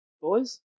boys